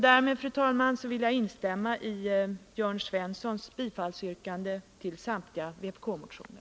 Därmed, fru talman, instämmer jag i Jörn Svenssons yrkande om bifall till samtliga vpk-motioner.